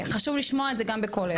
חשוב לשמוע את זה גם בקולך.